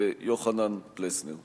ויוחנן פלסנר.